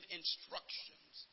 instructions